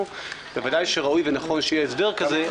ובוודאי שראוי ונכון שיהיה הסדר כזה,